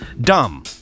dumb